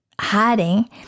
hiding